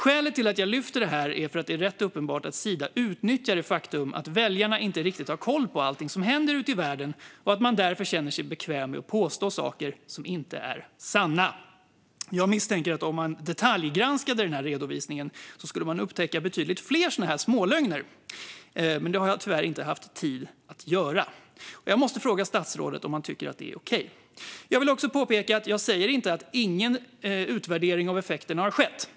Skälet till att jag tar upp detta är att det är uppenbart att Sida utnyttjar det faktum att väljarna inte riktigt har koll på allting som händer ute i världen och att man därför känner sig bekväm med att påstå saker som inte är sanna. Jag misstänker att om man detaljgranskade den här redovisningen skulle man upptäcka betydligt fler sådana här smålögner, men det har jag tyvärr inte haft tid att göra. Jag måste fråga statsrådet om han tycker att det här är okej. Jag vill också påpeka att jag inte säger att ingen utvärdering av effekten har skett.